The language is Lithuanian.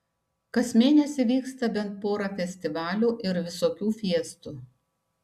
kas mėnesį vyksta bent pora festivalių ir visokių fiestų